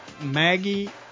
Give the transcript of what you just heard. Maggie